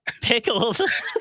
pickles